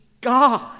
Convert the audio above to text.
God